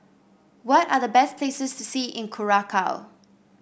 what are the best places to see in Curacao